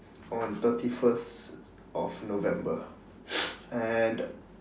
on thirty first of november and